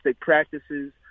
practices